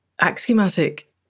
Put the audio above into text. axiomatic